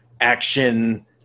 action